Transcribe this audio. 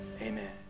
Amen